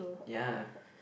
ya